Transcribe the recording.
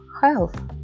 health